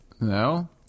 no